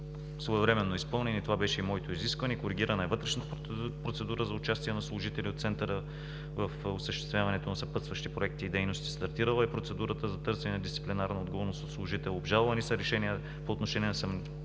своевременно изпълнени. Това беше и моето изискване. Коригирана е вътрешната процедура за участие на служители от Центъра в осъществяването на съпътстващи проекти и дейности. Стартирала е процедурата за търсене на дисциплинарна отговорност от служител. Обжалвани са решения по отношение на